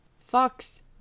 Fox